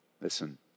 Listen